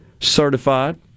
certified